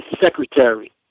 secretary